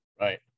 Right